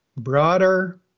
broader